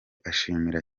ashimira